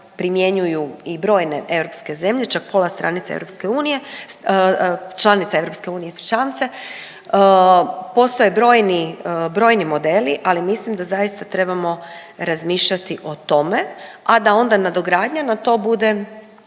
primjenjuju i brojne europske zemlje čak pola stranice EU, članica EU ispričavam se, postoje brojni, brojni modeli, ali mislim da zaista trebamo razmišljati o tome, a da onda nadogradnja na to bude